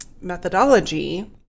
methodology